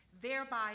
thereby